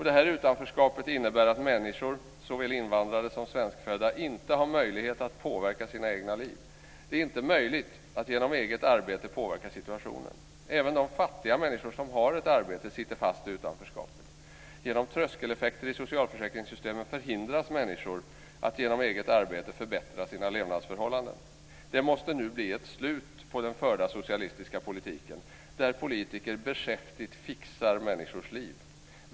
Detta utanförskap innebär att människor, såväl invandrare som svenskfödda, inte har möjlighet att påverka sin egna liv. Det är inte möjligt att genom eget arbete påverka situationen. Även de fattiga människor som har ett arbete sitter fast i utanförskapet. Genom tröskeleffekter i socialförsäkringssystemen förhindras människor att genom eget arbete förbättra sina levnadsförhållanden. Det måste nu bli ett slut på den förda socialistiska politiken där politiker beskäftigt fixar människors liv.